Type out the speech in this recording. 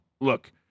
look